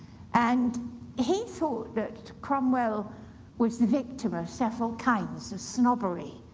and he thought that cromwell was the victim of several kinds of snobbery.